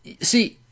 see